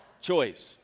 choice